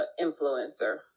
influencer